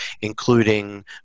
including